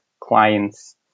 clients